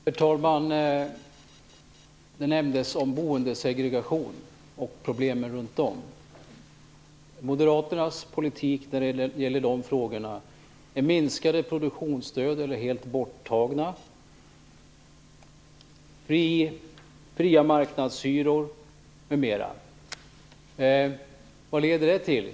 Herr talman! Det nämndes om boendesegregation och problemen kring det. Moderaternas politik i dessa frågor är minskade produktionsstöd eller helt borttaget stöd, fria marknadshyror m.m. Vad leder det till?